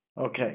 Okay